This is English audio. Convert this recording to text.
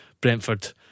Brentford